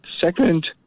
Second